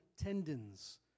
tendons